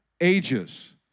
ages